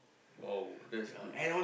!wow! that's good